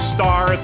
Star